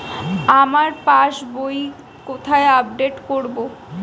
আমার পাস বই কোথায় আপডেট করব?